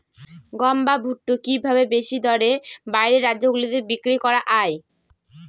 গম বা ভুট্ট কি ভাবে বেশি দরে বাইরের রাজ্যগুলিতে বিক্রয় করা য়ায়?